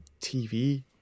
TV